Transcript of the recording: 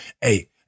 Hey